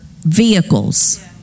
vehicles